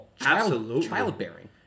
childbearing